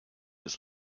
his